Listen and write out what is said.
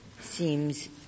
seems